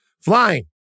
Flying